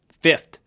Fifth